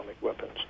weapons